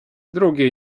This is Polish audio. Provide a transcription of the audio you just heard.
drugie